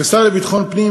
כשר לביטחון הפנים,